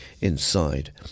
inside